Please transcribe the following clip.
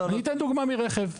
אני אתן דוגמה מרכב.